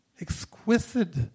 Exquisite